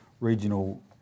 regional